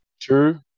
true